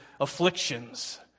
afflictions